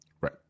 right